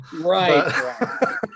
right